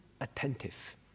attentive